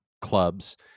clubs